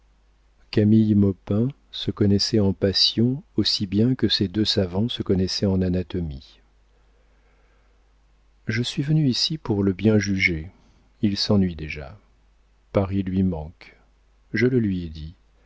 camille maupin se connaissait en passion aussi bien que ces deux savants se connaissaient en anatomie je suis venue ici pour le bien juger il s'ennuie déjà paris lui manque je le lui ai dit